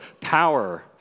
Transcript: power